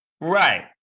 Right